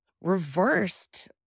reversed